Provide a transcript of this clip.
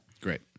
Great